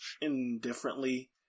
indifferently